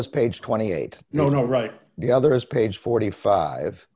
was page twenty eight no no right the other is page forty five